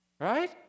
Right